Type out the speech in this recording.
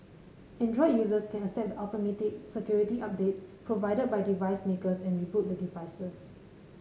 Android users can accept the automatic security updates provided by device makers and reboot the devices